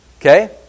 Okay